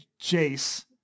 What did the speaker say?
Jace